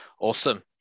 Awesome